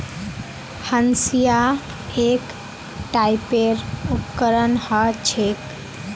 हंसिआ एक टाइपेर उपकरण ह छेक